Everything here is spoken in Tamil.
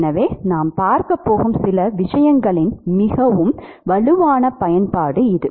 எனவே நாம் பார்க்கப் போகும் சில விஷயங்களின் மிகவும் வலுவான பயன்பாடு இது